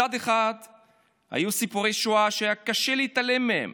מצד אחד היו סיפורי שואה שהיה קשה להתעלם מהם,